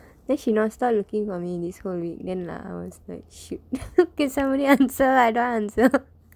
then she non-stop looking for me this whole week then I was like shit can somebody answer I don't want answer